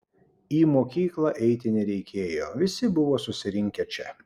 į mokyklą eiti nereikėjo visi buvo susirinkę čia